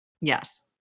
yes